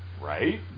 Right